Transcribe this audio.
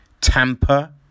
Tampa